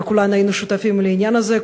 וכולנו היינו שותפים לעניין הזה.